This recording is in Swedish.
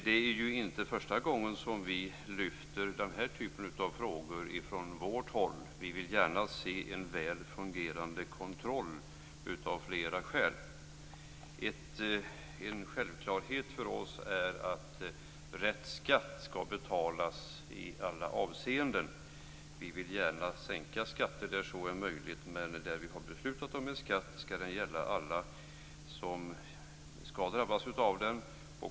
Det är inte första gången som vi lyfter fram den här typen av frågor från vårt håll. Vi vill gärna se en väl fungerande kontroll, av flera skäl. En självklarhet för oss är att rätt skatt skall betalas i alla avseenden. Vi vill gärna sänka skatter där så är möjligt men där vi har beslutat om en skatt skall den gälla alla som skall drabbas av den.